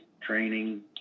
training